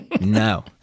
No